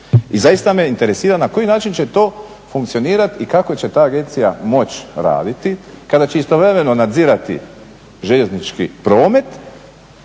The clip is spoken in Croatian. I zaista me interesira na koji način će to funkcionirati i kako će ta agencija moći raditi kada će istovremeno nadzirati željeznički promet,